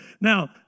Now